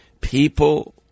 People